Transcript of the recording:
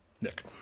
nick